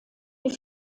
die